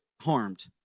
harmed